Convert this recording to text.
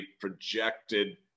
projected